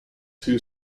two